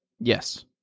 Yes